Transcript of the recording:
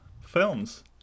films